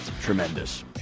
Tremendous